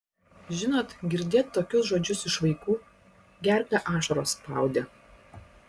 žinot girdėt tokius žodžius iš vaikų gerklę ašaros spaudė